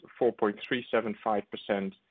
4.375%